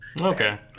Okay